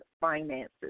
finances